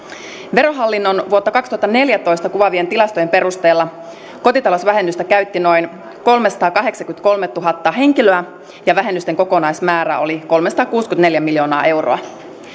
verohallinnon vuotta kaksituhattaneljätoista kuvaavien tilastojen perusteella kotitalousvähennystä käytti noin kolmesataakahdeksankymmentäkolmetuhatta henkilöä ja vähennysten kokonaismäärä oli kolmesataakuusikymmentäneljä miljoonaa euroa